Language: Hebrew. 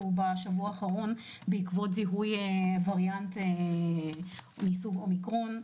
בשבוע האחרון בעקבות זיהוי וריאנט מסוג אומיקרון.